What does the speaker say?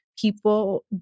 people